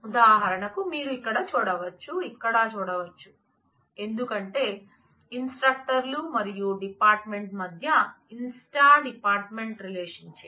ఉదాహరణకు మీరు ఇక్కడ చూడవచ్చు ఇక్కడ చూడవచ్చు ఎందుకంటే ఇన్స్ట్రక్టర్లు మరియు డిపార్ట్మెంట్ మధ్య inst department రిలేషన్షిప్